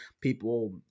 people